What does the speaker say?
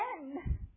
end